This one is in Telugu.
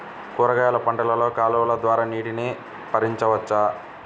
కూరగాయలు పంటలలో కాలువలు ద్వారా నీటిని పరించవచ్చా?